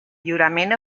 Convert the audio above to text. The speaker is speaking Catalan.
lliurament